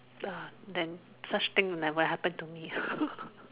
uh then such thing will never happen to me